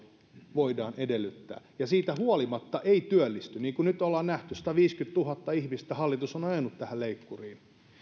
voidaan edellyttää eikä siitä huolimatta työllisty niin kuin nyt ollaan nähty että sataviisikymmentätuhatta ihmistä hallitus on on ajanut tähän leikkuriin